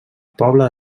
poble